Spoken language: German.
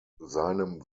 seinem